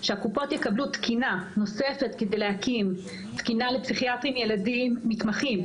שהקופות יקבלו תקינה נוספת כדי להקים תקינה לפסיכיאטרים ילדים מתמחים,